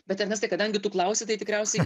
bet ernestai kadangi tu klausi tai tikriausiai